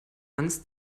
ans